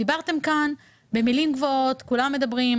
דיברתם כאן במילים גבוהות, כולם מדברים.